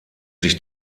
sich